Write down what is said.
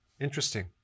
Interesting